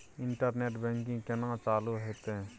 Internet banking केना चालू हेते?